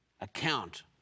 account